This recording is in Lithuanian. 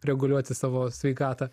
reguliuoti savo sveikatą